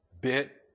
bit